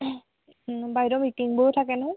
বাইদেউ মিটিংবোৰো থাকে ন